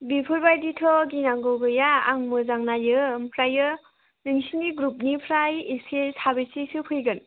बेफोरबायदिथ' गिनांगौ गैया आं मोजां नायो ओमफ्राय नोंसिनि ग्रुपनिफ्राय इसे साबैसोसो फैगोन